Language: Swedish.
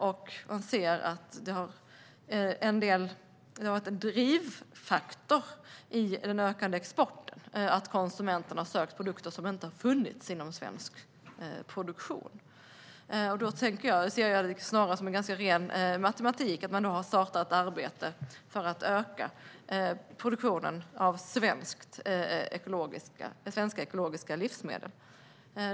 Det har varit en drivfaktor i den ökande exporten att konsumenterna har sökt produkter som inte har funnits inom svensk produktion. Jag ser det snarast som ren matematik att man då har startat arbete för att öka produktionen av svenska ekologiska livsmedel.